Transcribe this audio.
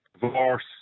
divorce